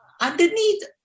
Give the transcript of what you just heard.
underneath